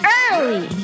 early